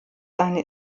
seine